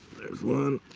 there's one,